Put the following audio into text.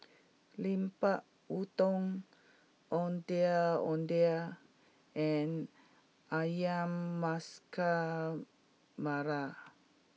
Lemper Udang Ondeh Ondeh and Ayam Masak Merah